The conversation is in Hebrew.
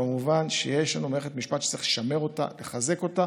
במובן שיש לנו מערכת משפט שצריך לשמר אותה ולחזק אותה.